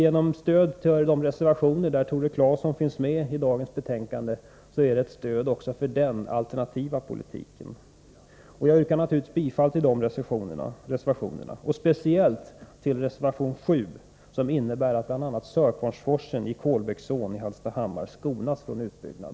Ett stöd till de reservationer till dagens betänkande där Tore Claeson finns med som reservant är ett stöd också för den alternativa politiken. Jag yrkar naturligtvis bifall till de reservationerna, speciellt till reservation nr 7, som innebär att bl.a. Sörkvarnsforsen i Kolbäcksån i Hallstahammar skonas från utbyggnad.